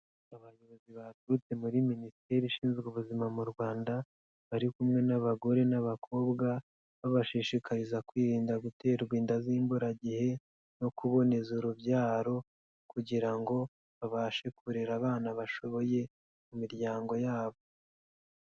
Abayobozi baturutse muri Minisiteri ishinzwe ubuzima mu Rwanda, bari kumwe n'abagore n'abakobwa, babashishikariza kwirinda guterwa inda z'imburagihe no kuboneza urubyaro kugira ngo babashe kurera abana bashoboye, mu miryango yabo.